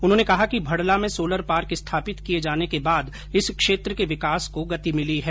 उन्होंने कहा कि भड़ला में सोलर पार्क स्थापित किए जाने के बाद इस क्षेत्र के विकास को गति मिली है